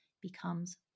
becomes